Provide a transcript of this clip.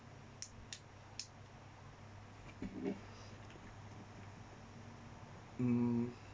um